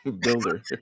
builder